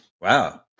Wow